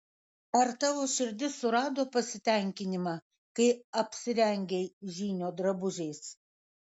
ar tavo širdis surado pasitenkinimą kai apsirengei žynio drabužiais